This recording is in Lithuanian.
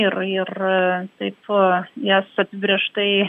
ir ir taip jas apibrėžtai